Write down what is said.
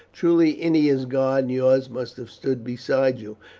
truly ennia's god and yours must have stood beside you,